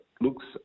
looks